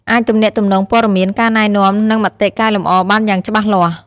អាចទំនាក់ទំនងព័ត៌មាន ការណែនាំ និងមតិកែលម្អបានយ៉ាងច្បាស់លាស់។